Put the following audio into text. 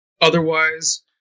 otherwise